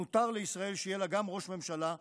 מותר לישראל שיהיה לה גם ראש ממשלה אחר.